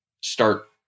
start